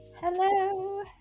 hello